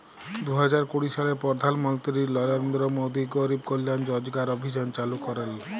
দু হাজার কুড়ি সালে পরধাল মলত্রি লরেলদ্র মোদি গরিব কল্যাল রজগার অভিযাল চালু ক্যরেল